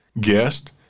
guest